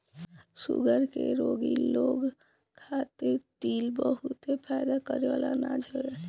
sugar के रोगी लोग खातिर तिल बहुते फायदा करेवाला अनाज हवे